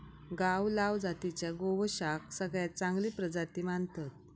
गावलाव जातीच्या गोवंशाक सगळ्यात चांगली प्रजाती मानतत